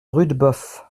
rudebeuf